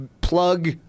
plug